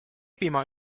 piima